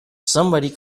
somebody